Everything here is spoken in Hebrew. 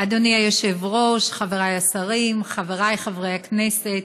אדוני היושב-ראש, חברי השרים, חברי חברי הכנסת,